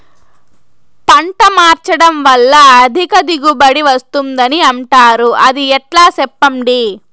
పంట మార్చడం వల్ల అధిక దిగుబడి వస్తుందని అంటారు అది ఎట్లా సెప్పండి